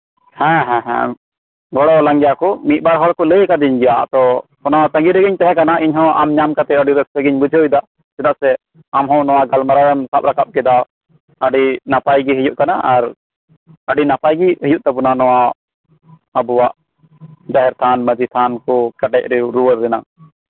ᱦᱮᱸ ᱦᱮᱸ ᱜᱚᱲᱚᱣᱟᱞᱟᱝ ᱜᱮᱭᱟᱠᱩ ᱢᱤᱫᱵᱟᱨ ᱦᱚᱲᱠᱩ ᱞᱟᱹᱭ ᱟᱠᱟᱫᱤᱧ ᱜᱮᱭᱟ ᱚᱱᱟ ᱛᱟᱸᱜᱤᱨᱮᱜᱤᱧ ᱛᱟᱦᱮᱸ ᱠᱟᱱᱟ ᱤᱧᱦᱚᱸ ᱟᱢ ᱧᱟᱢ ᱠᱟᱛᱮᱫ ᱟᱹᱰᱤ ᱨᱟᱹᱥᱠᱟᱹᱜᱤᱧ ᱵᱩᱡᱷᱟᱹᱣᱮᱫᱟ ᱪᱮᱫᱟᱜ ᱥᱮ ᱟᱢᱦᱚᱸ ᱱᱚᱣᱟ ᱜᱟᱞᱢᱟᱨᱣᱮᱢ ᱥᱟᱵ ᱨᱟᱠᱟᱵ ᱠᱮᱫᱟ ᱟᱹᱰᱤ ᱱᱟᱯᱟᱭᱜᱤ ᱦᱩᱭᱩᱜ ᱠᱟᱱᱟ ᱟᱨ ᱟᱹᱰᱤ ᱱᱟᱯᱟᱭᱜᱤ ᱦᱩᱭᱩᱜ ᱛᱟᱵᱩᱱᱟ ᱱᱚᱣᱟ ᱟᱵᱩᱣᱟᱜ ᱡᱟᱦᱮᱨ ᱛᱷᱟᱱ ᱢᱟᱺᱡᱷᱤ ᱛᱷᱟᱱ ᱠᱩ ᱠᱮᱴᱮᱡ ᱨᱩᱣᱟᱹᱲ ᱨᱮᱱᱟᱜ